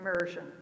immersion